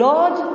Lord